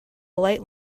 light